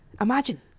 imagine